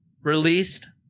released